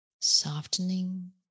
softening